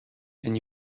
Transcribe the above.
and